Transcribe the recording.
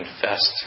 confessed